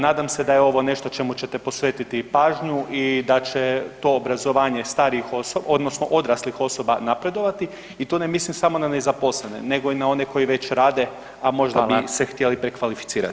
Nadam se da je ovo nešto čemu ćete posvetiti pažnju i da će to obrazovanje starijih osoba odnosno odraslih osoba napredovati i tu ne mislim samo na nezaposlene nego i na one koji već rade a možda bi se htjeli prekvalificirati.